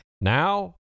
Now